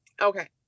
Okay